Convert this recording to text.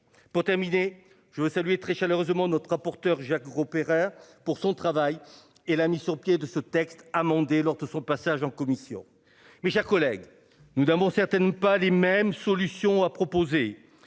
Pour terminer je veux saluer très chaleureusement notre rapporteur, Jacques Grosperrin pour son travail et la mise sur pied de ce texte amendé lors de son passage en commission. Mes chers collègues, nous devons certaines pas les mêmes solutions à proposer.